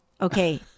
okay